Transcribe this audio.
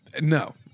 No